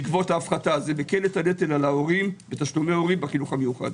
את הנטל על ההורים בתשלומי הורים בחינוך המיוחד.